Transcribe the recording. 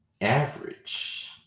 average